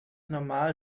normal